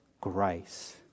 grace